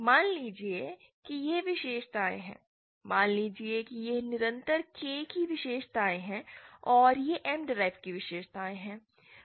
मान लीजिए कि यह विशेषताएँ हैं मान लीजिए कि यह निरंतर K की विशेषताएँ हैं और यह M डीराइव्ड की विशेषताएँ हैं